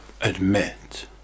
Admit